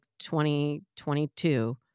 2022